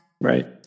Right